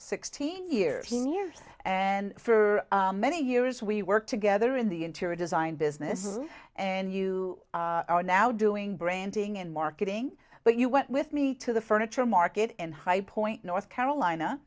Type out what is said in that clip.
sixteen years in years and for many years we worked together in the interior design business and you are now doing branding and marketing but you went with me to the furniture market and high point north carolina